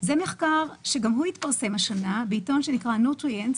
זה מחקר שגם הוא התפרסם השנה בעיתון שנקרא Nutrients,